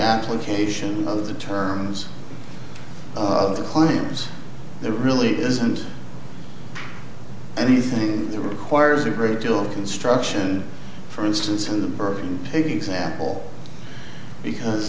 application of the terms of the claims there really isn't anything the requires a great deal of construction for instance in the burgh taking example because